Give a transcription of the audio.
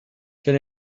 can